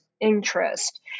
Interest